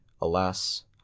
alas